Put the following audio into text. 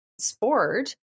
sport